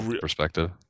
perspective